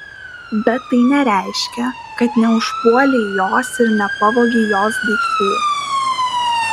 bet tai nereiškia kad neužpuolei jos ir nepavogei jos daiktų